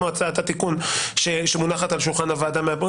כמו בהצעת התיקון שמונחת על שולחן הוועדה.